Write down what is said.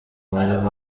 bari